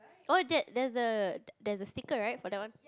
oh that there's a there's a sticker right for that one